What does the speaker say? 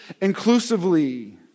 inclusively